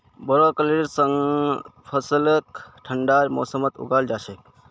ब्रोकलीर फसलक ठंडार मौसमत उगाल जा छेक